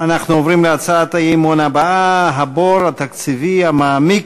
אנחנו עוברים להצעת האי-אמון הבאה: הבור התקציבי המעמיק